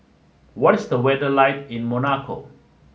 what is the weather like in Monaco